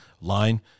line